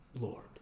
Lord